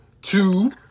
Two